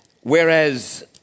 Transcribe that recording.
Whereas